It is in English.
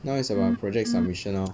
now is about project submission now